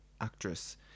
actress